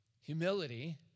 Humility